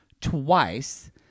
twice